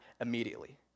immediately